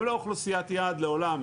הם לא אוכלוסיית יעד לעולם,